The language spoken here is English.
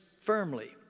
firmly